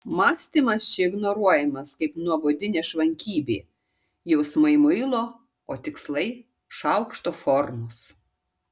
mąstymas čia ignoruojamas kaip nuobodi nešvankybė jausmai muilo o tikslai šaukšto formos